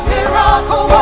Miracle